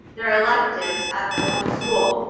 their electives at their homeschool.